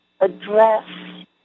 address